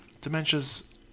Dementia's